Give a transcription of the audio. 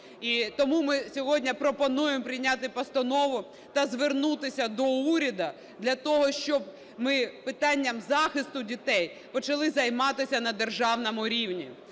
тому ми сьогодні пропонуємо прийняти постанову та звернутися до уряду для того, щоб ми питанням захисту дітей почали займатися на державному рівні.